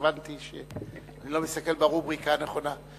שהבנתי שאני לא מסתכל ברובריקה הנכונה.